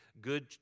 good